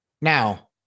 Now